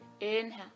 inhale